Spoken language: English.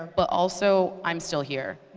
but also, i'm still here.